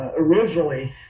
Originally